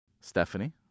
Stephanie